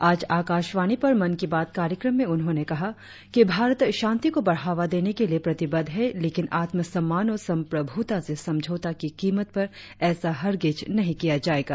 आज आकाशवाणी पर मन की बात कार्यक्रम में उन्होंने कहा कि भारत शांति को बढ़ावा देने के लिए प्रतिबद्ध है लेकिन आत्म सम्मान और संप्रभुता से समझौते की कीमत पर ऐसा हरगिज नही किया जाएगा